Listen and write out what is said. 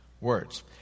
Words